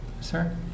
Sir